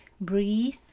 breathe